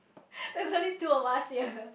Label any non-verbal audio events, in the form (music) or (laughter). (laughs) there is only two of us here